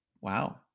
Wow